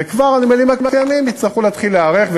וכבר הנמלים הקיימים יצטרכו להתחיל להיערך,